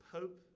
Pope